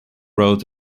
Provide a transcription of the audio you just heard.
road